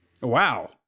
Wow